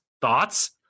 Thoughts